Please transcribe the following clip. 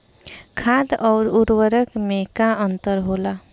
खाद्य आउर उर्वरक में का अंतर होला?